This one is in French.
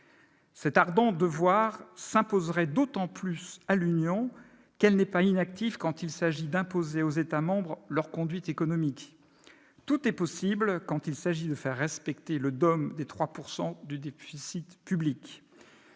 Cet ardent devoir s'imposerait d'autant plus à l'Union européenne qu'elle n'est pas inactive quand il s'agit d'imposer aux États membres leur conduite économique. Tout est possible quand il s'agit de faire respecter le dogme des 3 % du déficit public